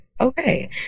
okay